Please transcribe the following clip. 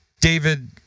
David